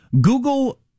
Google